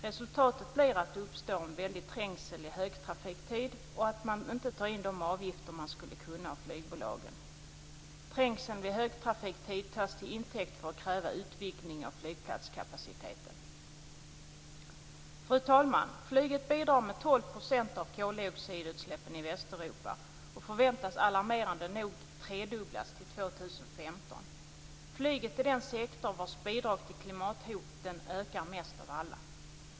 Resultatet blir att det uppstår en väldig trängsel i högtrafiktid och att man inte tar in de avgifter som man skulle kunna få ut från flygbolagen. Trängseln vid högtrafiktid tas till intäkt för att kräva utvidgning av flygplatskapaciteten. Fru talman! Flyget bidrar med 12 % av koldioxidutsläppen i Västeuropa och förväntas alarmerande nog bli tredubblat till 2015. Flyget är den sektor vars bidrag till klimathoten ökar mest av alla.